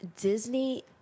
disney